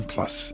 Plus